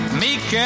meek